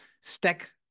stack